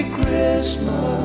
Christmas